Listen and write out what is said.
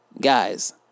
Guys